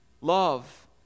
Love